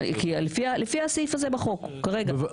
לפי הסעיף הזה בחוק, כרבע.